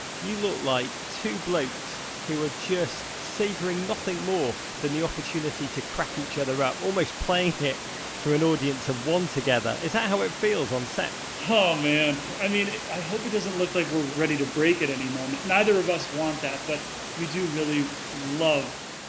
you look like two blokes who are just savoring nothing more than the opportunity to crack each other up. almost playing here for an audience of one together. is that how it feels on set? nicholas oh, man. i mean i hope it doesn't look like we're ready to break at any moment. neither of us want that, but we do really love